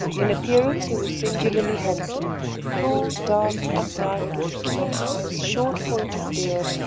in appearance he was singularly handsome tall, dark, upright, with keen eyes, short-pointed beard,